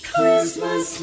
Christmas